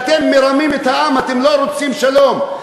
אתם מרמים את העם, אתם לא רוצים שלום.